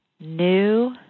new